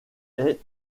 est